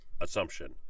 assumption